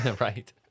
Right